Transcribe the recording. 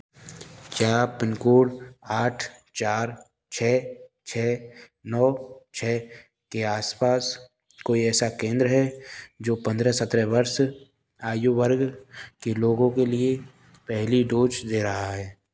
क्या pin code आठ चार छः छः नौ छः के आस पास कोई ऐसा केंद्र है जो पंद्रह सत्रह वर्ष आयु वर्ग के लोगों के लिए पेहली डोज दे रहा है